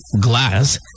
glass